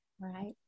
Right